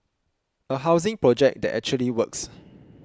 a housing project that actually works